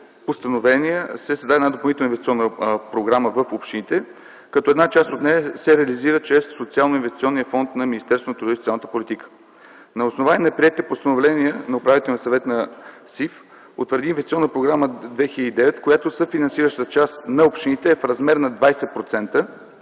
постановления се създаде допълнителна инвестиционна програма в общините, като една част от нея се реализира чрез Социалноинвестиционния фонд на Министерството на труда и социалната политика. На основание на приетите постановления Управителният съвет на СИФ утвърди Инвестиционна програма 2009, в която съфинансиращата част на общините е в размер на 20%,